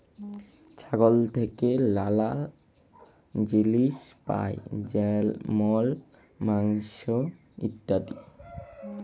ছাগল থেক্যে লালা জিলিস পাই যেমল মাংস, ইত্যাদি